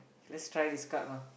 let's try this card lah